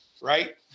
right